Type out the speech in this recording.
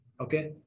okay